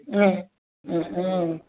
ம் ம் ம்